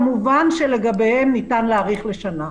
כמובן לגביהם ניתן להאריך לשנה.